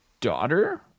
daughter